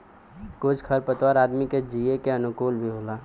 कुछ खर पतवार आदमी के जिये के अनुकूल भी होला